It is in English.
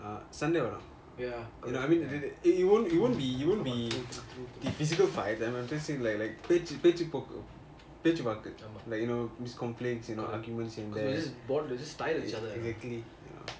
சண்டை வரும்:sanda varum I mean it it won't be you won't be physical fight பேச்சு பேச்சு போக்கு பேச்சு வாகு:peachu peachu pokku peachu vaaku like you know miss complaints you know a lot of arguments in there exactly